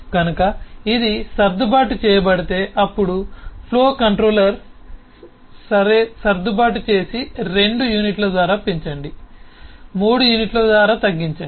కనుక ఇది సర్దుబాటు చేయబడితే అప్పుడు ఫ్లో కంట్రోలర్ సరే సర్దుబాటు చేసి రెండు యూనిట్ల ద్వారా పెంచండి మూడు యూనిట్ల ద్వారా తగ్గించండి